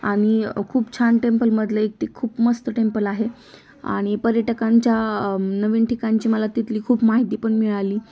आणि खूप छान टेम्पलमधलं एक ते खूप मस्त टेम्पल आहे आणि पर्यटकांच्या नवीन ठिकाणची मला तिथली खूप माहितीपण मिळाली